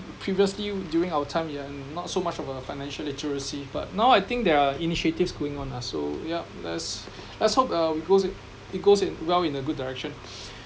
previously during our time ya not so much of a financial literacy but now I think there are initiatives going on lah so yup let's let's hope uh we goes in it goes in well in a good direction